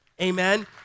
Amen